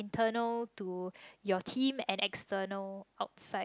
internal to your team and external outside